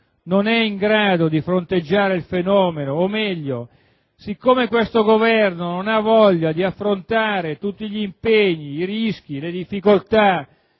non è in grado di fronteggiare il fenomeno, anzi siccome questo Governo non ha voglia di affrontare tutti gli impegni, i rischi, le difficoltà